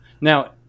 Now